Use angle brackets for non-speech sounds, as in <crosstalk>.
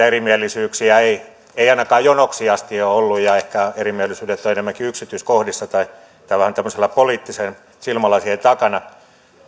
<unintelligible> erimielisyyksiä ei ei ainakaan jonoksi asti ole ollut ja ehkä erimielisyydet ovat enemmänkin yksityiskohdissa tai poliittisten silmälasien takana